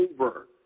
over